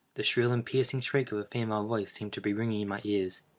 the shrill and piercing shriek of a female voice seemed to be ringing in my ears.